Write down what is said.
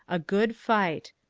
a good fight.